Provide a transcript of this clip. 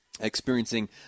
Experiencing